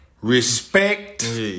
Respect